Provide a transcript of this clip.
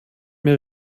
mehr